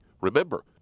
Remember